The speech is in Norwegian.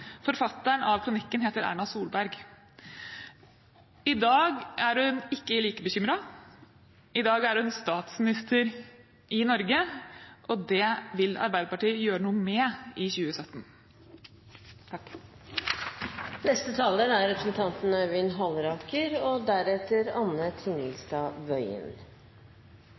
Forfatteren av kronikken heter Erna Solberg. I dag er hun ikke like bekymret. I dag er hun statsminister i Norge, og det vil Arbeiderpartiet gjøre noe med i 2017.